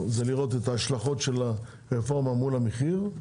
את ההשלכות של יישום הרפורמה מול המחיר,